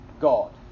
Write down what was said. God